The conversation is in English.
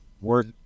work